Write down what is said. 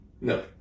No